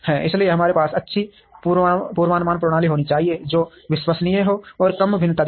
इसलिए हमारे पास अच्छी पूर्वानुमान प्रणाली होनी चाहिए जो विश्वसनीय हो और कम भिन्नता दिखाए